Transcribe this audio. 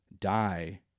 die